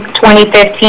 2015